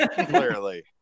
Clearly